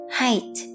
height